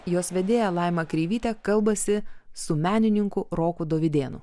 jos vedėja laima kreivytė kalbasi su menininku roku dovydėnu